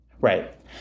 right